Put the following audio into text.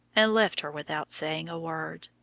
and left her without saying a word.